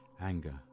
Anger